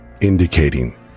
indicating